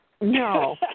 No